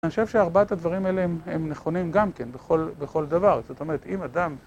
אני חושב שהארבעת הדברים האלה הם נכונים גם כן בכל דבר, זאת אומרת אם אדם...